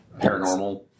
Paranormal